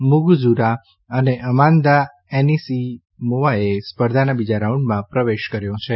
Muguruza અને Amanda એનીસીમોવાએ સ્પર્ધાના બીજા રાઉન્ડમાં પ્રવેશ કર્યો છે